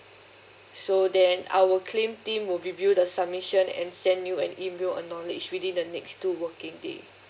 so then our claim team will review the submission and send you an email acknowledge within the next two working days